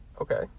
Okay